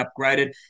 upgraded